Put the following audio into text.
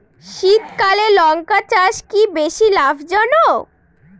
শীতকালে লঙ্কা চাষ কি বেশী লাভজনক?